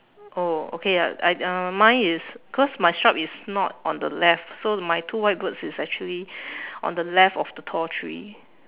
oh okay ya I uh mine is cause my shrub is not on the left so my two white birds is actually on the left of the tall tree